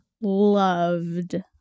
Loved